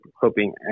hoping